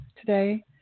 today